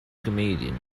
comedian